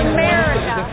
America